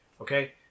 Okay